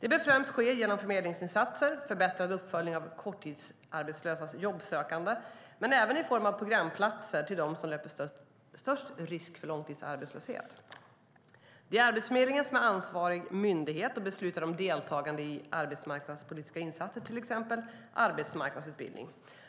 Det bör främst ske genom förmedlingsinsatser och förbättrad uppföljning av korttidsarbetslösas jobbsökande, men även i form av programplatser till dem som löper störst risk för långtidsarbetslöshet. Det är Arbetsförmedlingen som är ansvarig myndighet och beslutar om deltagande i arbetsmarknadspolitiska insatser, till exempel arbetsmarknadsutbildning.